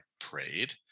prayed